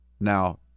Now